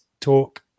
talk